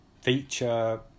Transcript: feature